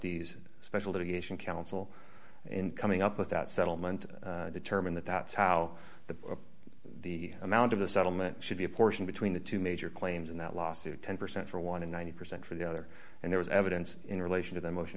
trustees special education council in coming up with that settlement determined that that's how the the amount of the settlement should be apportioned between the two major claims in that lawsuit ten percent for one to ninety percent for the other and there was evidence in relation to the motion